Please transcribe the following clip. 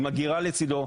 עם אגירה לצידו,